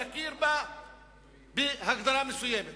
יכיר בה בהגדרה מסוימת?